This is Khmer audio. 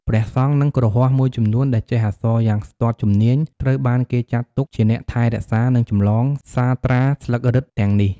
ព្រះសង្ឃ និងគ្រហស្ថមួយចំនួនដែលចេះអក្សរយ៉ាងស្ទាត់ជំនាញ ត្រូវបានគេចាត់ទុកជាអ្នកថែរក្សា និងចម្លងសាត្រាស្លឹករឹតទាំងនេះ។